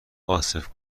عاصف